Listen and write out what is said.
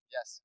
Yes